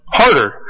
harder